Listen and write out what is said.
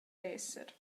esser